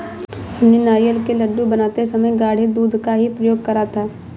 हमने नारियल के लड्डू बनाते समय गाढ़े दूध का ही प्रयोग करा था